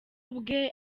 ubwe